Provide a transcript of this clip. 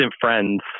friends